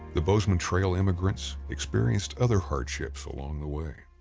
the bozeman trail emigrants experienced other hardships along the way.